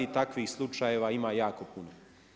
Takvih slučajeva ima jako puno.